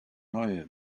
neue